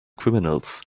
criminals